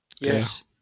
Yes